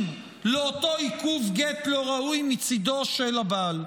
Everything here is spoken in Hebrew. לאותו עיכוב גט לא ראוי מצידו של הבעל,